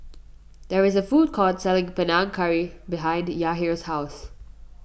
there is a food court selling Panang Curry behind Yahir's house